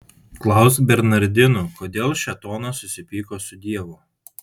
klausk bernardinų kodėl šėtonas susipyko su dievu